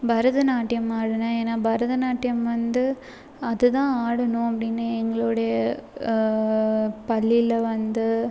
பரதநாட்டியம் ஆடின ஏன்னா பரதநாட்டியம் வந்து அதுதான் ஆடணும் அப்டின்னு எங்களோடய பள்ளியில் வந்து